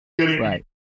Right